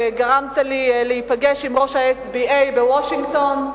וגרמת לי להיפגש עם ראש ה-SBA בוושינגטון,